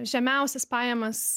žemiausias pajamas